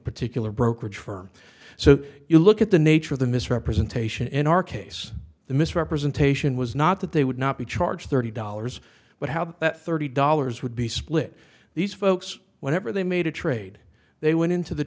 particular brokerage firm so you look at the nature of the misrepresentation in our case the misrepresentation was not that they would not be charged thirty dollars but how that thirty dollars would be split these folks whenever they made a trade they went into the